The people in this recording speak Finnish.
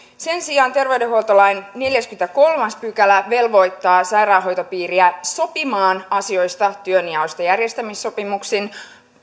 sen sijaan terveydenhuoltolain neljäskymmeneskolmas pykälä velvoittaa sairaanhoitopiiriä sopimaan asioista kuten työnjaosta järjestämissopimuksin